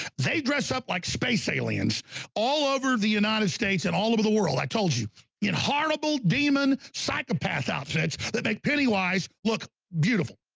they dress up like space aliens all over the united states and all over the world. i told you horrible demon psychopath outfits that make pennywise look beautiful!